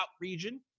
region